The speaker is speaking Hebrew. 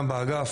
גם באגף,